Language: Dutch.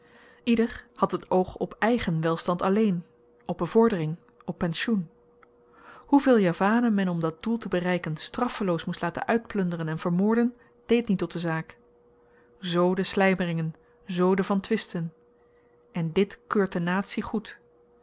ieder had het oog op eigen welstand alleen op bevordering op pensioen hoeveel javanen men om dat doel te bereiken straffeloos moest laten uitplunderen en vermoorden deed niet tot de zaak z de slymeringen z de van twisten en dit keurt de natie goed